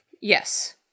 Yes